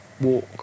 walk